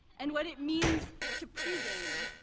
and what it means to pregame.